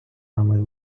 вами